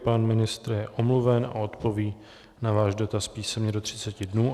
Pan ministr je omluven a odpoví na váš dotaz písemně do třiceti dnů.